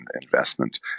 investment